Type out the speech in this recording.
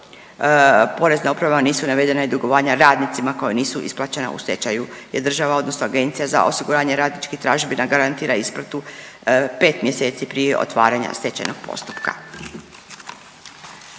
Porezna uprava nisu navedena i dugovanja radnicima koja nisu isplaćena u stečaju, jer država, odnosno Agencija za osiguranje radničkih tražbina garantira isplatu pet mjeseci prije otvaranja stečajnog postupka.